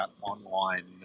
online